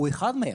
הוא אחד מהם,